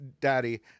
daddy